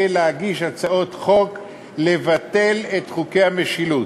להגיש הצעות חוק לביטול חוקי המשילות.